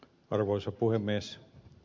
arvoisa puhemies